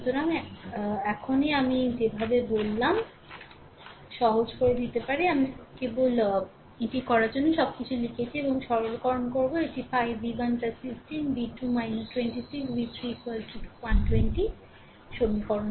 সুতরাং এখনই আমি যেভাবে বললাম সহজ করে দিতে পারি আমি কেবল এটি করার জন্য সবকিছু লিখেছি এবং সরলকরণ করব এটি 5 V 1 15 V 2 26 V 3 120 এটি সমীকরণ 3